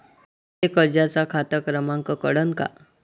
मले कर्जाचा खात क्रमांक कळन का?